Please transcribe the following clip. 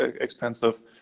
expensive